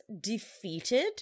defeated